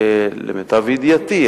למיטב ידיעתי,